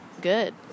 good